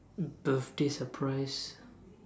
uh birthday surprise